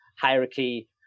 hierarchy